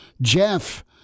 Jeff